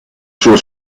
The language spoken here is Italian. sua